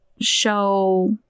show